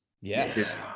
yes